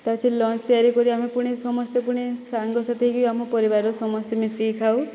ତା'ପରେ ସେଇଠି ଲଞ୍ଚ ତିଆରି କରି ଆମେ ପୁଣି ସମସ୍ତେ ପୁଣି ସାଙ୍ଗ ସାଥି ହେଇକି ଆମ ପରିବାରର ସମସ୍ତେ ମିଶିକି ଖାଉ